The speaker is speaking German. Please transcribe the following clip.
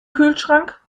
kühlschrank